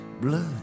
blood